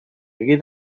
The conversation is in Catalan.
hagué